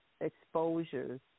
exposures